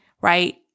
right